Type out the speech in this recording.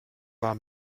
war